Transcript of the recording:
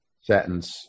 sentence